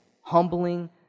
humbling